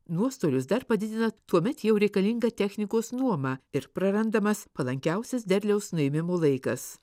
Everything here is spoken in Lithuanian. nuostolius dar padidina tuomet jau reikalinga technikos nuoma ir prarandamas palankiausias derliaus nuėmimo laikas